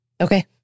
okay